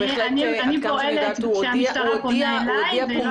אני פועלת כאשר המשטה פונה אלי.